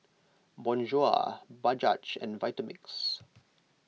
Bonjour Bajaj and Vitamix